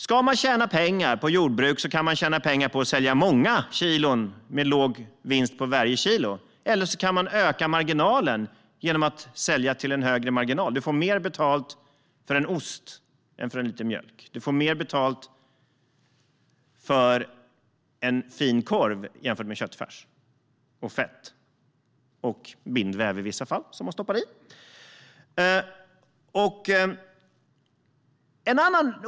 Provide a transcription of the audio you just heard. Ska man tjäna pengar på jordbruk kan man tjäna pengar på att sälja många kilon med låg vinst på varje kilo eller öka marginalen genom att sälja med högre marginal. Du får mer betalt för en ost än för en liter mjölk. Du får mer betalt för en fin korv jämfört med köttfärs, fett och bindväv, som man i vissa fall stoppar i.